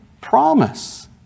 promise